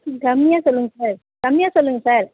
ம் கம்மியாக சொல்லுங்கள் சார் கம்மியாக சொல்லுங்கள் சார்